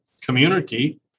community